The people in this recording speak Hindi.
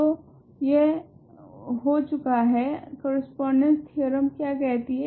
तो यह अन हो चुका है कोरेस्पोंडेंस थेओरेम क्या कहती है